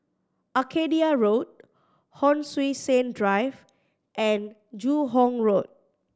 Arcadia Road Hon Sui Sen Drive and Joo Hong Road